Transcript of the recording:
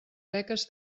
beques